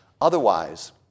Otherwise